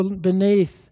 beneath